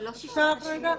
זה לא שישה אנשים יודעים.